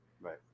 Right